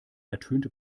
ertönte